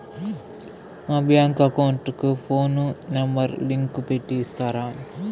మా bank account కు phone number link పెట్టి ఇస్తారా?